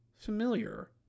familiar